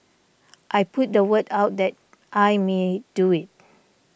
I put the word out that I may do it